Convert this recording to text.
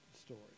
story